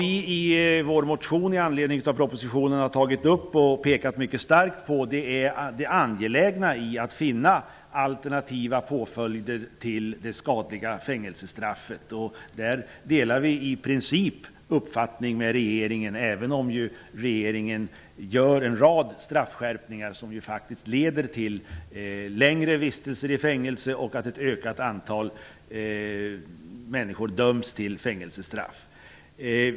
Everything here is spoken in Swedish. I vår motion med anledning av propositionen har vi tagit upp och pekat på det angelägna i att finna alternativa påföljder till det skadliga fängelsestraffet. Vi delar i princip regeringens uppfattning, även om regeringen gör en rad straffskärpningar som faktiskt leder till längre vistelser i fängelse och till att ett ökat antal människor döms till fängelsestraff.